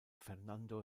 fernando